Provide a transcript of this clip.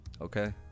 okay